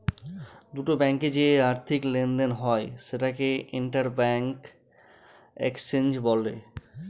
দুটো ব্যাঙ্কে যে আর্থিক লেনদেন হয় সেটাকে ইন্টার ব্যাঙ্ক এক্সচেঞ্জ বলে